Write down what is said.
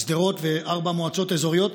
שדרות וארבע מועצות אזוריות,